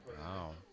Wow